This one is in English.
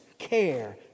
care